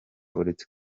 uretse